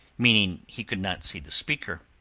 meaning he could not see the speaker.